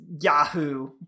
Yahoo